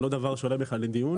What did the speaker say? זה לא דבר שעולה בכלל לדיון.